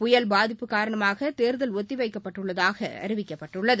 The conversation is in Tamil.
புயல் பாதிப்பு காரணமாக தேர்தல் ஒத்தி வைக்கப்பட்டுள்ளதாக அறிவிக்கப்பட்டுள்ளது